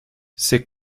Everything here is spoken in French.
ces